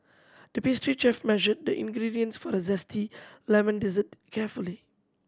the pastry chef measured the ingredients for the zesty lemon dessert carefully